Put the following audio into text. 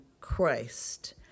Christ